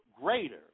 greater